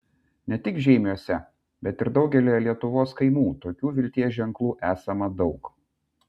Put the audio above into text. ne tik žeimiuose bet ir daugelyje lietuvos kaimų tokių vilties ženklų esama daug